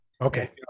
Okay